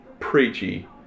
Preachy